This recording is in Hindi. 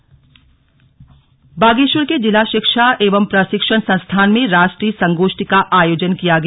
संगोष्ठी बागेश्वर बागेश्वर के जिला शिक्षा एवं प्रशिक्षण संस्थान में राष्ट्रीय संगोष्ठी का आयोजन किया गया